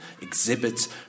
exhibits